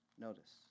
Notice